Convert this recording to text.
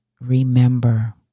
remember